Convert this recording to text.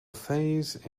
phase